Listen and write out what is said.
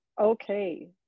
okay